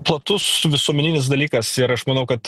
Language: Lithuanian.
platus visuomeninis dalykas ir aš manau kad